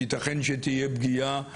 ייתכן שתהיה פגיעה הכרחית,